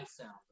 sound